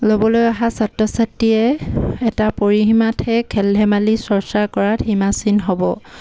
ল'বলৈ অহা ছাত্ৰ ছাত্ৰীয়ে এটা পৰিসীমাতহে খেল ধেমালি চৰ্চা কৰাত সীমাচীন হ'ব